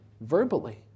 verbally